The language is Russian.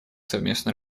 совместной